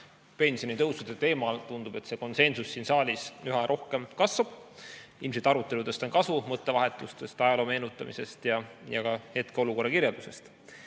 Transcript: pensionitõusude teemal tundub konsensus siin saalis üha rohkem kasvavat. Ilmselt aruteludest on kasu – mõttevahetusest, ajaloo meenutamisest ja ka hetkeolukorra kirjeldusest. Nüüd